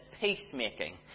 peacemaking